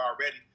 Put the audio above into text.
already